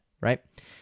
right